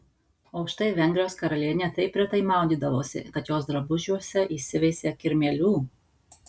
o štai vengrijos karalienė taip retai maudydavosi kad jos drabužiuose įsiveisė kirmėlių